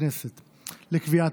לוועדה שתקבע ועדת הכנסת נתקבלה.